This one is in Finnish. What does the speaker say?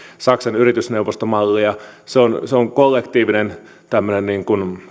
saksan yritysneuvostomallia se on se on kollektiivinen